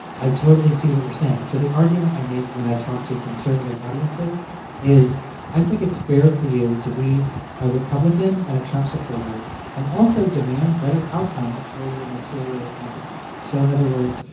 i totally see what you're saying. and so the argument i make when i talk to conservative audiences is i think it's fair for you to be a republican and a trump supporter and also demand better outcomes for your material consequences. so in other words,